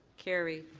carried.